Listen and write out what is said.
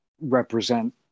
represent